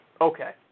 Okay